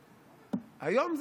היום?